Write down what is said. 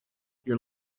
your